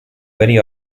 very